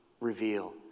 reveal